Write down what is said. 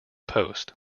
post